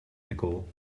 nicole